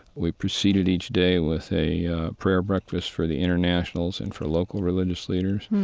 we proceeded each day with a prayer breakfast for the internationals and for local religious leaders.